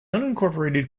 unincorporated